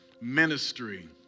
Ministry